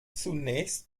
zunächst